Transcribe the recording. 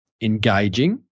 engaging